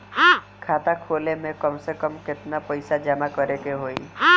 खाता खोले में कम से कम केतना पइसा जमा करे के होई?